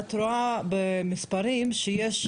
שאת רואה במספרים שיש